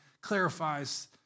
clarifies